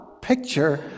picture